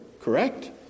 Correct